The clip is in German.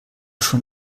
schon